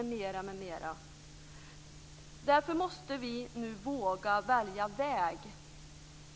m.m. Därför måste vi nu våga välja väg.